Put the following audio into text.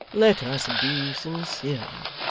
let us be sincere,